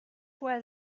was